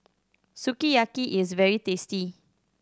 sukiyaki is very tasty